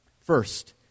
first